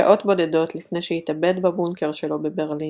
שעות בודדות לפני שהתאבד בבונקר שלו בברלין,